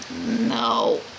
No